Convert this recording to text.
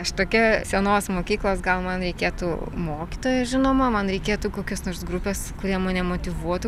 aš tokia senos mokyklos gal man reikėtų mokytojo žinoma man reikėtų kokios nors grupės kurie mane motyvuotų